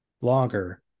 longer